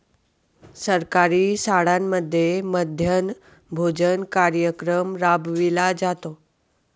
सरकारी शाळांमध्ये मध्यान्ह भोजन कार्यक्रम राबविला जातो